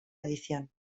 edición